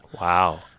Wow